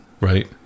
right